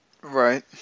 right